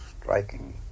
striking